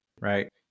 right